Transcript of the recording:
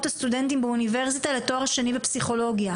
הסטודנטים באוניברסיטה לתואר שני בפסיכולוגיה